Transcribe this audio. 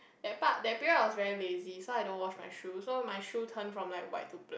that part that period I was very lazy so I don't wash my shoe so my shoe turned from like white to black